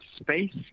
space